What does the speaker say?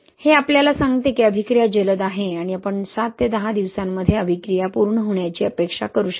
हे आपल्याला सांगते की अभिक्रिया जलद आहे आणि आपण 7 ते 10 दिवसांमध्ये अभिक्रिया पूर्ण होण्याची अपेक्षा करू शकतो